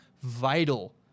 vital